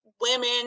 women